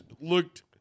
looked